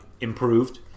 improved